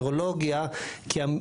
אנחנו מדברים על נוירולוגיה בכלל.